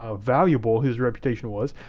ah valuable his reputation was,